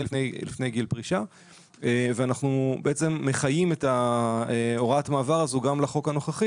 לפני גיל פרישה ואנחנו מחיים את הוראת המעבר הזו גם לחוק הנוכחי